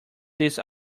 these